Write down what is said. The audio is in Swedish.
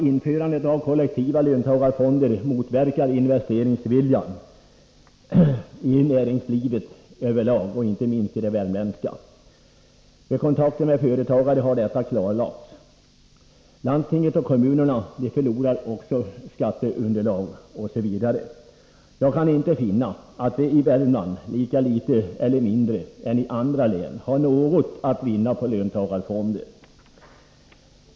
Införandet av kollektiva löntagarfonder motverkar investeringsviljan i näringslivet över lag och inte minst i det värmländska. Detta har klarlagts vid kontakter med företagare. Landsting och kommuner förlorar skatteunderlag osv. Jag kan inte finna annat än att vi i Värmlands län har lika litet — kanske mindre — att vinna på löntagarfonder än man har i andra län.